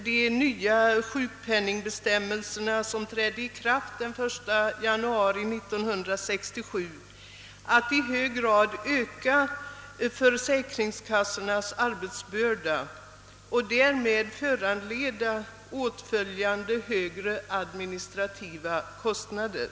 De nya sjäkpenaingletkomdktr som trädde i kraft den 1 januari 1967 kommer utan tvivel att i hög grad öka försäkringskassornas arbetsbörda och därmed föranleda högre administrativa kostnader.